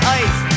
ice